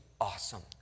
awesome